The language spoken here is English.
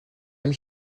when